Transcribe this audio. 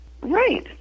Right